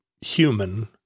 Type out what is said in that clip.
human